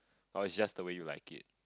or it's just the way you like it